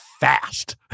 fast